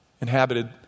inhabited